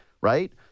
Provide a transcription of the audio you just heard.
right